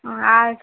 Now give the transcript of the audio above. ও আর